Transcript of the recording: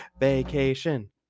vacation